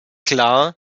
klar